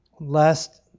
lest